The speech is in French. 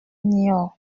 niort